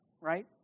right